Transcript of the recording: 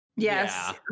Yes